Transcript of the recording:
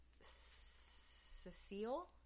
Cecile